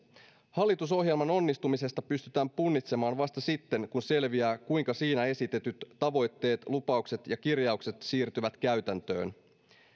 hallitusohjelman onnistumista pystytään punnitsemaan vasta sitten kun selviää kuinka siinä esitetyt tavoitteet lupaukset ja kirjaukset siirtyvät käytäntöön